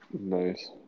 Nice